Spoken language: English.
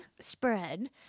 spread